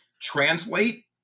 Translate